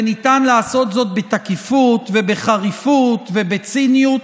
וניתן לעשות זאת בתקיפות, בחריפות ובציניות.